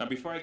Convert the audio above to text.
and before i